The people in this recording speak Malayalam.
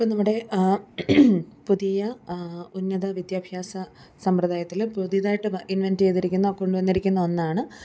ഇപ്പം നമ്മുടെ പുതിയ ഉന്നത വിദ്യാഭ്യാസ സമ്പ്രദായത്തിൽ പുതിയതായിട്ട് ഇൻവെൻ്റ് ചെയ്തിരിക്കുന്ന കൊണ്ടു വന്നിരിക്കുന്ന ഒന്നാണ്